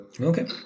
okay